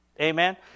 Amen